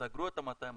סגרו את ה-200%,